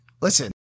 Listen